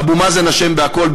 אבו מאזן אשם בכול,